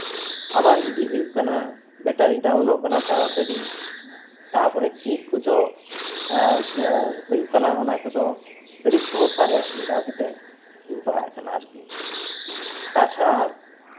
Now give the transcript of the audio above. ᱟᱵᱟᱨ ᱤᱫᱤ ᱦᱩᱭᱩᱜ ᱠᱟᱱᱟ ᱵᱮᱴᱟᱨᱤ ᱰᱟᱣᱩᱱᱚᱜ ᱠᱟᱱᱟ ᱛᱟᱲᱟ ᱛᱟᱲᱤ ᱛᱟᱨᱯᱚᱨᱮ ᱪᱮᱫ ᱠᱚᱪᱚᱝ ᱦᱩᱭᱩᱜ ᱠᱟᱱᱟ ᱚᱱᱟ ᱠᱚᱫᱚ ᱟᱹᱰᱤ ᱥᱚᱢᱚᱥᱥᱟᱨᱮ ᱢᱤᱫ ᱫᱷᱟᱣ ᱠᱟᱛᱮᱜ ᱤᱧ ᱯᱟᱲᱟᱜ ᱠᱟᱱᱟ ᱟᱨᱠᱤ ᱛᱟᱪᱷᱟᱲᱟ